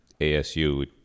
ASU